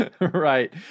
Right